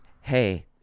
Hey